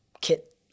kit